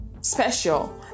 special